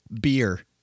beer